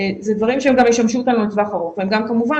אלה דברים שהם גם ישמשו אותנו לטווח ארוך והם גם כמובן